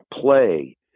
play